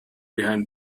behind